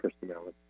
personality